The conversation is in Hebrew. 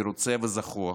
מרוצה וזחוח,